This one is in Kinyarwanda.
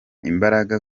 imbaraga